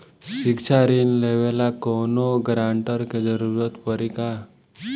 शिक्षा ऋण लेवेला कौनों गारंटर के जरुरत पड़ी का?